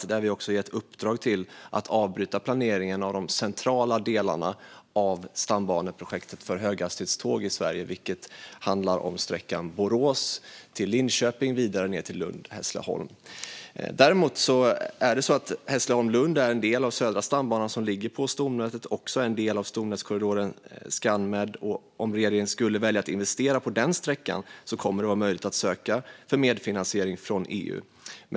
Regeringen har också gett uppdrag att avbryta planeringen av de centrala delarna av stambaneprojektet för höghastighetståg i Sverige, vilket handlar om sträckan Borås-Linköping och vidare ned till sträckan Lund-Hässleholm. Däremot är det så att Hässleholm-Lund är en del av Södra stambanan som ligger på stomnätet och även är en del av stomnätskorridoren Scanmed. Om regeringen skulle välja att investera på den sträckan kommer det att vara möjligt att ansöka om medfinansiering från EU.